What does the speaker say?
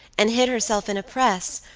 and hid herself in a press,